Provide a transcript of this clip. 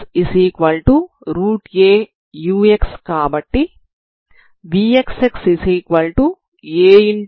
vxaux కాబట్టి vxxauxx అవుతుంది